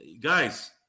guys